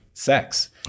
Sex